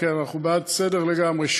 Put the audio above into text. כי אנחנו בעד סדר לגמרי,